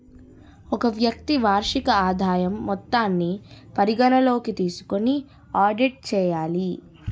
ఒక వ్యక్తి వార్షిక ఆదాయం మొత్తాన్ని పరిగణలోకి తీసుకొని ఆడిట్ చేయాలి